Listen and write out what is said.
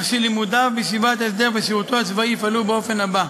כך שלימודיהם בישיבת ההסדר ושירותם הצבאי יפעלו באופן הבא: